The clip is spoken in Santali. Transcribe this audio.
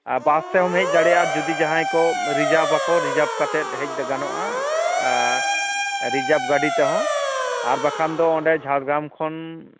ᱵᱟᱥ ᱛᱮᱦᱚᱢ ᱦᱮᱡ ᱫᱟᱲᱮᱭᱟᱜᱼᱟ ᱡᱩᱫᱤ ᱡᱟᱦᱟᱸᱭ ᱠᱚ ᱨᱤᱡᱟᱵᱽ ᱟᱠᱚ ᱨᱤᱡᱟᱵᱽ ᱠᱟᱛᱮ ᱦᱮᱡ ᱫᱚ ᱜᱟᱱᱚᱜᱼᱟ ᱟ ᱨᱤᱡᱟᱵᱽ ᱜᱟᱹᱰᱤ ᱛᱮᱦᱚᱸ ᱟᱨ ᱵᱟᱠᱷᱟᱱ ᱫᱚ ᱚᱸᱰᱮ ᱡᱷᱟᱲᱜᱨᱟᱢ ᱠᱷᱚᱱ